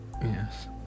Yes